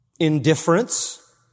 indifference